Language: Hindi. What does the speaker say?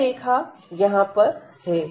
यह रेखा यहां पर है